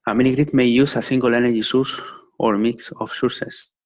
i mean it it may use a single energy source or a mix of sources,